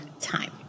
time